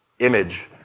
image